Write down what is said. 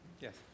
Yes